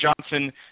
Johnson